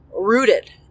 rooted